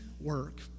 work